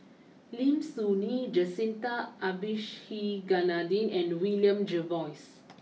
Lim Soo Ngee Jacintha Abisheganaden and William Jervois